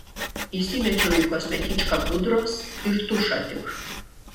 įsimečiau į kosmetičką pudros ir tušą tik